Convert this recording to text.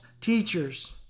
teachers